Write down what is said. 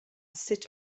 sut